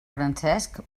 francesc